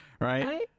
Right